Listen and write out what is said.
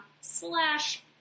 slash